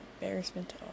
embarrassment